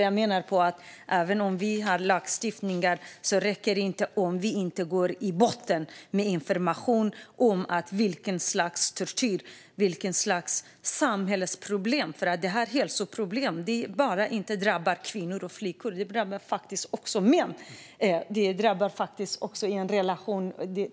Jag menar att även om vi har lagstiftningar räcker det inte om vi inte går till botten med detta och informerar om vilket slags tortyr, samhällsproblem och hälsoproblem det här är. Detta drabbar inte bara kvinnor och flickor, utan det drabbar faktiskt också män och relationer.